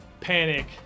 panic